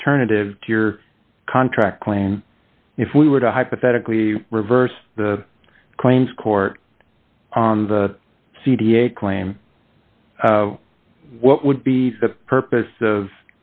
alternative to your contract claim if we were to hypothetically reverse the claims court on the c d a claim what would be the purpose of